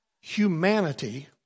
humanity